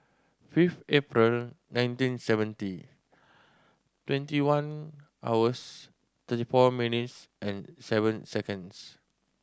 fifth April nineteen seventy twenty one hours thirty four minutes and seven seconds